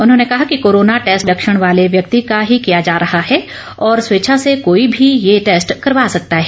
उन्होंने कहा कि कोरोना टैस्टे लक्षण वाले व्यक्ति का ही किया जा रहा है और स्वेच्छा से कोई भी ये टैस्ट करवा सकता है